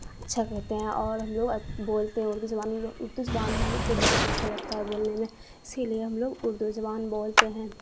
اچھا کہتے ہیں اور ہم لوگ بولتے ہیں اردو زبان میں ہم لوگ اردو زبان ہم لوگ کو بہت اچھا لگتا ہے بولنے میں اسی لیے ہم لوگ اردو زبان بولتے ہیں